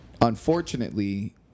unfortunately